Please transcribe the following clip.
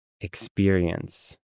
experience